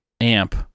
amp